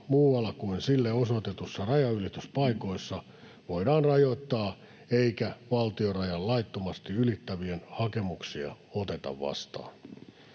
muualla kuin sille osoitetuissa rajanylityspaikoissa voidaan rajoittaa, eikä valtion rajan laittomasti ylittävien hakemuksia oteta vastaan.